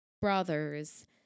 brothers